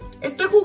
estoy